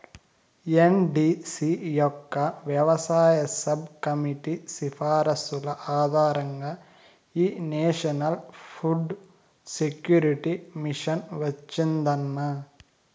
NDC యొక్క వ్యవసాయ subcommittee సిఫార్సుల ఆధారంగా ఈ నేషనల్ ఫుడ్ సెక్యూరిటీ మిషన్ వచ్చిందన్న